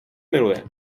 miluje